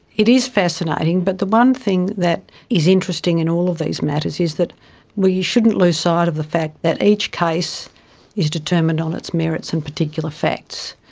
it is fascinating, but the one thing that is interesting in all of these matters is that we shouldn't lose ah sight of the fact that each case is determined on its merits and particular facts.